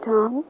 Tom